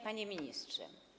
Panie Ministrze!